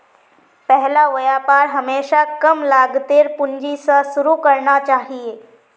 पहला व्यापार हमेशा कम लागतेर पूंजी स शुरू करना चाहिए